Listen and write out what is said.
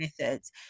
methods